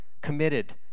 committed